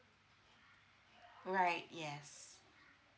right yes